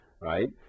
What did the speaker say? right